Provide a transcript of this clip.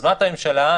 יוזמת הממשלה,